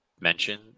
mention